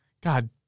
God